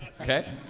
Okay